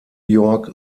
york